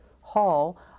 hall